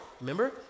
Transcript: remember